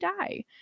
die